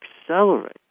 accelerate